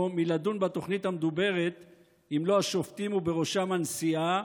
מלדון בתוכנית המדוברת אם לא השופטים ובראשם הנשיאה,